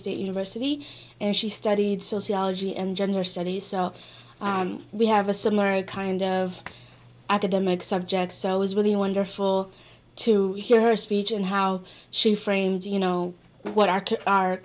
state university and she studied sociology and gender studies so we have a similar kind of academic subject so it was really wonderful to hear her speech and how she framed you know what our